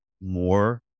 more